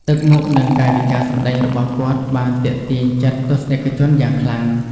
ទឹកមុខនិងកាយវិការសម្ដែងរបស់គាត់បានទាក់ទាញចិត្តទស្សនិកជនយ៉ាងខ្លាំង។